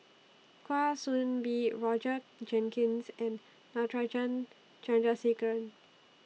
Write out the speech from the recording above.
Kwa Soon Bee Roger Jenkins and Natarajan Chandrasekaran